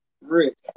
Rick